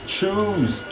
Choose